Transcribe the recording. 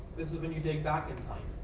this is when you dig back in time.